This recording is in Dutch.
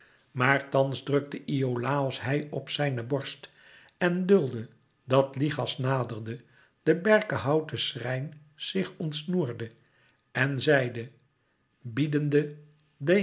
maar thans drukte iolàos hij op zijne borst en duldde dat lichas naderde de berkenhouten schrijn zich ontsnoerde en zeide